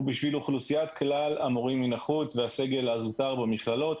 הוא בשביל אוכלוסיית כלל המורים מהחוץ והסגל הזוטר במכללות.